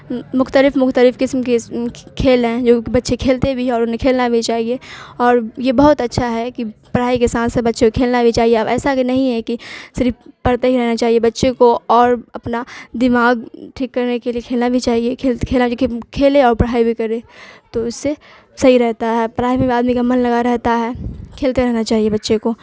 مختلف مختلف قسم کے کھیل ہیں جو بچے کھیلتے بھی ہے اور انہیں کھیلنا بھی چاہیے اور یہ بہت اچھا ہے کہ پرھائی کے سانس سے بچے کو کھیلنا بھی چاہیے اب ایسا کہ نہیں ہے کہ صرف پڑھتے ہی رہنا چاہیے بچے کو اور اپنا دماغ ٹھیک کرنے کے لیے کھیلنا بھی چاہیے کھیلے اور پڑھائی بھی کرے تو اس سے صحیح رہتا ہے پرھائی میں آدمی کا من لگا رہتا ہے کھیلتے رہنا چاہیے بچے کو